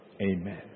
Amen